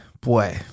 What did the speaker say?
Boy